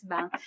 Bank